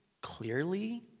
clearly